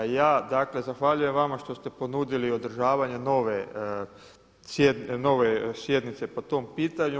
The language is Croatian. Ja dakle zahvaljujem vama što ste ponudili održavanje nove sjednice po tom pitanju.